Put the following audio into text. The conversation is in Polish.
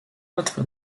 łatwa